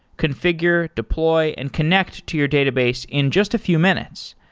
configure, deploy and connect to your database in just a few minutes.